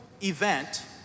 event